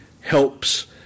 helps